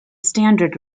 standard